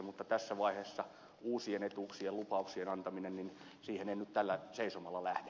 mutta tässä vaiheessa uusien etuuksien lupauksien antamiseen en nyt tällä seisomalla lähde